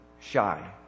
shy